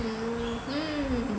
mmhmm